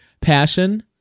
Passion